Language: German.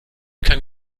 kann